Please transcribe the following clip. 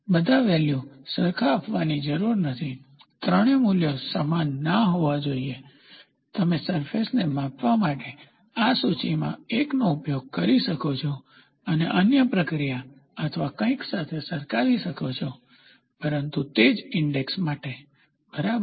બધા વેલ્યુ સરખા આપવાની જરૂર નથી ત્રણેય મૂલ્યો સમાન ન હોવા જોઈએ તમે સરફેસને માપવા માટે આ સૂચિમાં એકનો ઉપયોગ કરી શકો છો અને અન્ય પ્રક્રિયા અથવા કંઈક સાથે સરખાવી શકો છો પરંતુ તે જ ઇન્ડેક્ષ માટે બરાબર